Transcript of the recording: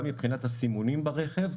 גם מבחינת הסימונים ברכב,